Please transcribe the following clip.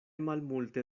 malmulte